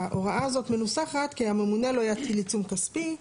ההוראה הזאת מנוסחת כי הממונה לא יטיל עיצום כספי,